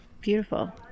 Beautiful